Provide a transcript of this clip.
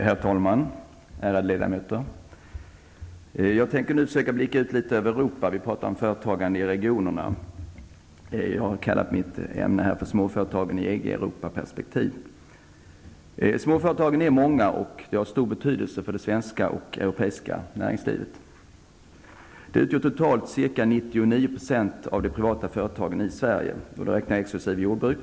Herr talman! Ärade ledamöter! Jag tänker nu försöka att blicka ut litet över Europa. Vi har pratat om företagande i regionerna. Jag har kallat mitt ämne för Småföretagen i EG--Europa-perspektiv. Småföretagen är många och de har stor betydelse för det svenska och det europeiska näringslivet. De utgör totalt ca 99 % av de privata företagen i Sverige. Då räknar jag exklusive jordbruk.